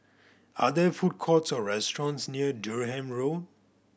are there food courts or restaurants near Durham Road